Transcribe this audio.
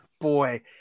boy